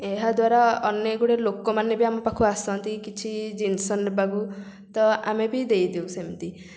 ଏହାଦ୍ୱାରା ଅନେକ ଗୁଡ଼ିଏ ଲୋକମାନେ ବି ଆମ ପାଖକୁ ଆସନ୍ତି କିଛି ଜିନିଷ ନେବାକୁ ତ ଆମେ ବି ଦେଇ ଦେଉ ସେମିତି